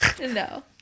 No